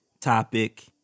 topic